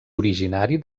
originari